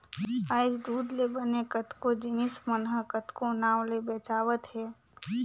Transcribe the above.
आयज दूद ले बने कतको जिनिस मन ह कतको नांव ले बेंचावत हे